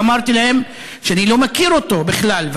ואמרתי להם שאני לא מכיר אותו בכלל.